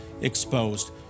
exposed